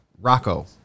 Rocco